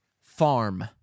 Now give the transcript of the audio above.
farm